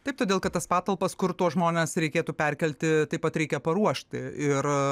taip todėl kad tas patalpas kur tuos žmones reikėtų perkelti taip pat reikia paruošti ir